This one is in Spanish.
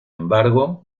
embargo